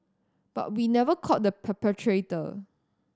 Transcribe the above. but we never caught the perpetrator